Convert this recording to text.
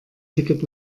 ticket